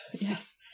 yes